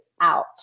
out